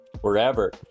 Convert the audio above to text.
wherever